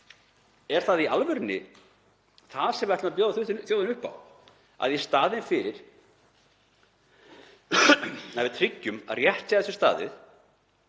Er það í alvörunni það sem við ætlum að bjóða þjóðinni upp á, að í staðinn fyrir að við tryggjum að rétt sé að þessu staðið